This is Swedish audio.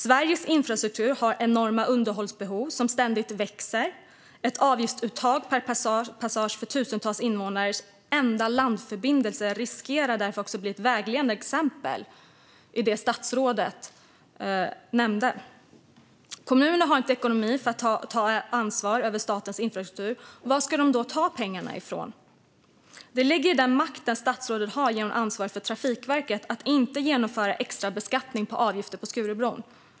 Sveriges infrastruktur har enorma underhållsbehov, som ständigt växer. Ett avgiftsuttag per passage på tusentals invånares enda landförbindelse riskerar därför att bli ett vägledande exempel på det som statsrådet nämnde. Kommuner har inte ekonomin för att ta ansvar för statens infrastruktur. Var ska de då ta pengarna ifrån? Det ligger i den makt som statsrådet har, genom ansvaret för Trafikverket, att inte genomföra extra beskattning med avgifter på Skurubron.